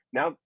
Now